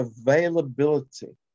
availability